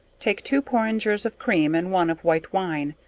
take two porringers of cream and one of white wine,